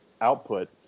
output